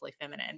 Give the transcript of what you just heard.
feminine